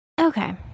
Okay